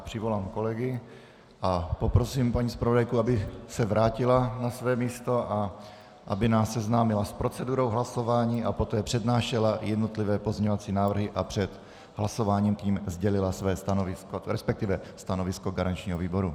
Přivolám kolegy a poprosím paní zpravodajku, aby se vrátila na své místo, aby nás seznámila s procedurou hlasování a poté přednášela jednotlivé pozměňovací návrhy a před hlasováním k nim sdělila své stanovisko, resp. stanovisko garančního výboru.